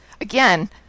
again